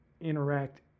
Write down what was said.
interact